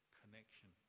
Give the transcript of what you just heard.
connection